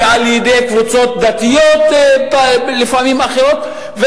ועל-ידי קבוצות דתיות אחרות לפעמים,